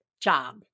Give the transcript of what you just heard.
job